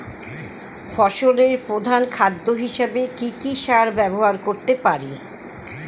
ফসলের প্রধান খাদ্য হিসেবে কি কি সার ব্যবহার করতে পারি?